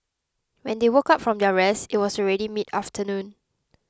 when they woke up from their rest it was already mid afternoon